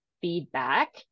feedback